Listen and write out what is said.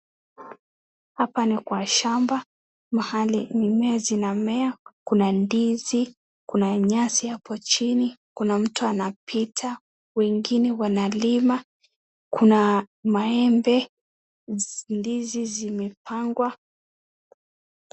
Hapa ni kwa shamba mahali mimea zinamea kuna ndizi, kuna nyasi hapo chini, kuna mtu anapita, wengine wanalima, kuna maembe ndizi hizi zimepangwa.